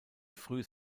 frühes